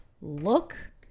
look